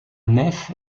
nef